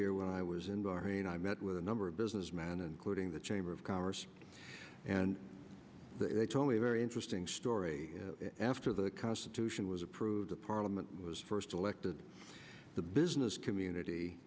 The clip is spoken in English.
year when i was in bahrain i met with a number of business man including the chamber of commerce and they told me a very interesting story after the constitution was approved the parliament was first elected the business community